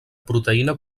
proteïna